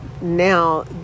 now